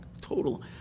total